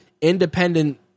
independent